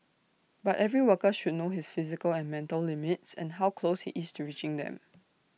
but every worker should know his physical and mental limits and how close he is to reaching them